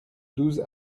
douze